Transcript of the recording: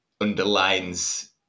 underlines